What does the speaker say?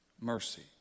Mercy